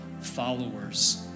followers